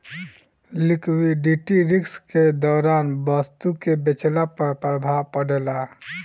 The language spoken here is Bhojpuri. लिक्विडिटी रिस्क के दौरान वस्तु के बेचला पर प्रभाव पड़ेता